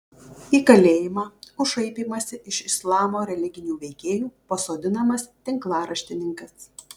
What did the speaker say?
į kalėjimą už šaipymąsi iš islamo religinių veikėjų pasodinamas tinklaraštininkas